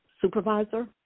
supervisor